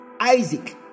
Isaac